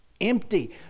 Empty